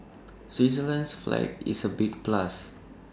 Switzerland's flag is A big plus